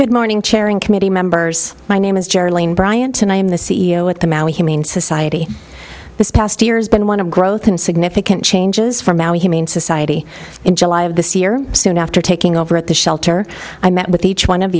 good morning chairing committee members my name is jerry lane bryant and i am the c e o at the mouth humane society this past year has been one of growth and significant changes from our humane society in july of this year soon after taking over at the shelter i met with each one of